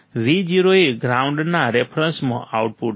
VO એ ગ્રાઉન્ડના રેફરન્સમાં આઉટપુટ છે